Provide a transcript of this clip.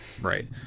Right